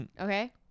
Okay